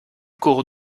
cours